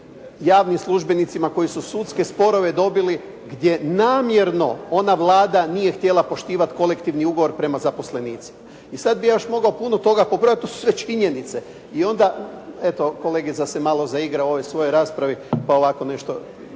javnim službenicima koji su sudske sporove dobili gdje namjerno ona Vlada nije htjela poštivati kolektivni ugovor prema zaposlenicima. I sad bih ja još mogao puno toga pobrojati. To su sve činjenice. I onda eto kolegica se malo zaigra u ovoj svojoj raspravi pa ovako nešto